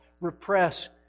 repress